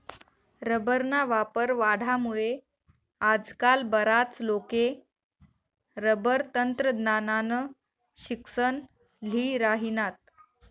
रबरना वापर वाढामुये आजकाल बराच लोके रबर तंत्रज्ञाननं शिक्सन ल्ही राहिनात